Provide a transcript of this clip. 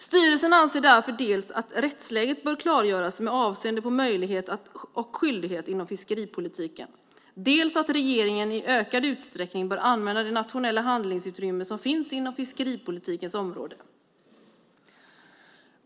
Styrelsen anser därför dels att rättsläget bör klargöras med avseende på möjlighet och skyldighet inom fiskeripolitiken, dels att regeringen i ökad utsträckningen bör använda det nationella handlingsutrymme som finns inom fiskeripolitikens område.